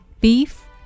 beef